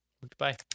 Goodbye